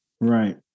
Right